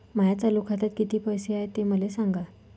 माया चालू खात्यात किती पैसे हाय ते मले सांगा